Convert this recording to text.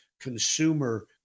consumer